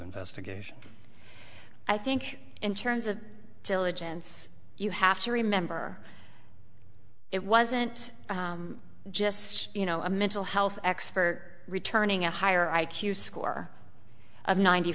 investigation i think in terms of diligence you have to remember it wasn't just you know a mental health expert returning a higher i q score of ninety